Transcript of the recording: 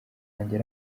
wanjye